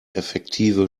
effektive